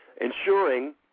ensuring